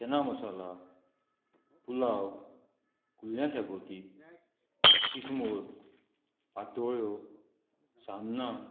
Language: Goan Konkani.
चना मसाला पुलाव कुल्या शाकोती किसमूर पातोळ्यो सान्नां